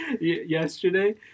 yesterday